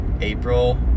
April